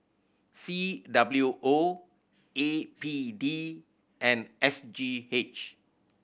C W O A P D and S G H